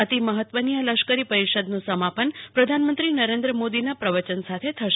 અતિ મહત્વની આ લશ્કરી પરિષદનું સમાપન પ્રધાનમંત્રી નરેન્દ્ર મોદીના પ્રવચન સાથે થશે